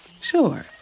Sure